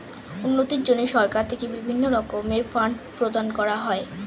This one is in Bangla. উন্নতির জন্য সরকার থেকে বিভিন্ন রকমের ফান্ড প্রদান করা হয়